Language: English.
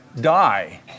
die